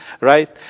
Right